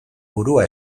burua